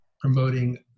promoting